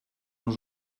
nos